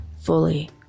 fully